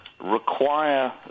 require